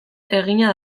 egina